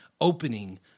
opening